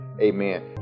Amen